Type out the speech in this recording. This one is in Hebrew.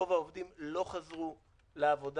רוב העובדים לא חזרו לעבודה,